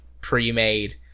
pre-made